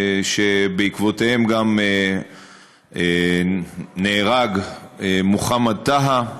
שבעקבותיו גם נהרג מוחמד טאהא,